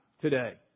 today